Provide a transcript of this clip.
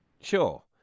Sure